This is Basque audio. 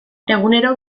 egunero